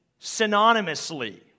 synonymously